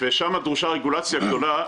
שם דרושה רגולציה גדולה.